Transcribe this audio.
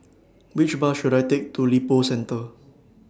Which Bus should I Take to Lippo Centre